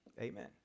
Amen